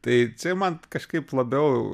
tai čia man t kažkaip labiau